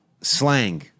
slang